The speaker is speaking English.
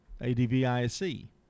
A-D-V-I-S-E